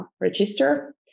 register